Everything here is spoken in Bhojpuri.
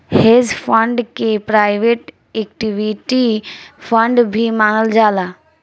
हेज फंड के प्राइवेट इक्विटी फंड भी मानल जाला